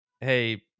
hey